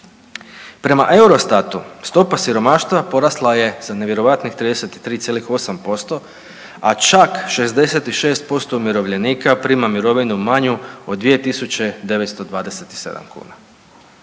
Prema Eurostatu stopa siromaštva porasla je za nevjerojatnih 33,8%, a čak 66% umirovljenika prima mirovinu manju od 2.927 kuna.